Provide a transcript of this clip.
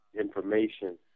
information